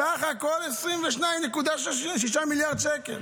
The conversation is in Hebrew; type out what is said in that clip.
בסך הכול 22.5 מיליארד שקל,